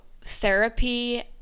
therapy